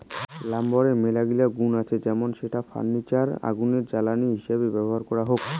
লাম্বরের মেলাগিলা গুন্ আছে যেমন সেটা ফার্নিচার আর আগুনের জ্বালানি হিসেবে ব্যবহার হউক